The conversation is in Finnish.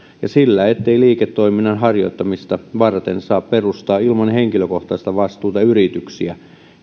ja sillä ettei liiketoiminnan harjoittamista varten saa perustaa ilman henkilökohtaista vastuuta yrityksiä